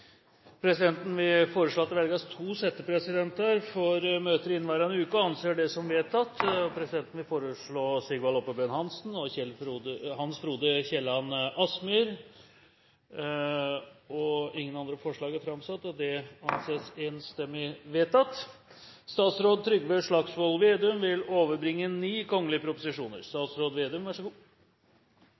Presidenten vil foreslå at det velges to settepresidenter for Stortingets møter i inneværende uke – og anser det som vedtatt. Presidenten vil foreslå Sigvald Oppebøen Hansen og Hans Frode Kielland Asmyhr. – Andre forslag foreligger ikke, og Sigvald Oppebøen Hansen og Hans Frode Kielland Asmyhr anses enstemmig valgt som settepresidenter for denne ukens møter. Representanten Dagrun Eriksen vil